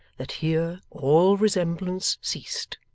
that here all resemblance ceased.